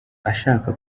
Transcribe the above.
ashaka